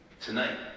Tonight